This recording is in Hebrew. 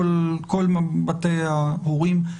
כל בתי ההורים,